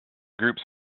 groups